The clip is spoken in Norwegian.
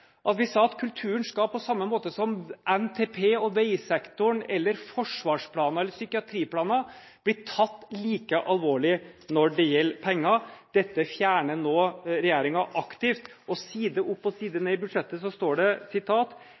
er. Vi sa at kulturen på samme måte som NTP, veisektoren, forsvarsplaner eller psykiatriplaner skal bli tatt alvorlig når det gjelder penger. Dette fjerner nå regjeringen aktivt. Side opp og side ned i budsjettinnstillingen står det: